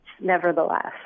Nevertheless